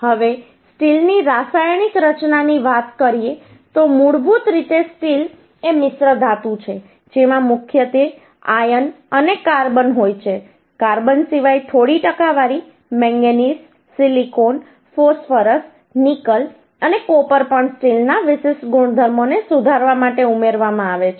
હવે સ્ટીલની રાસાયણિક રચનાની વાત કરીએ તો મૂળભૂત રીતે સ્ટીલ એ મિશ્ર ધાતુ છે જેમાં મુખ્યત્વે આયર્ન અને કાર્બન હોય છે કાર્બન સિવાય થોડી ટકાવારી મેંગેનીઝ સિલિકોન ફોસ્ફરસ નિકલ અને કોપર પણ સ્ટીલના વિશિષ્ટ ગુણધર્મોને સુધારવા માટે ઉમેરવામાં આવે છે